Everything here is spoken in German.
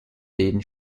den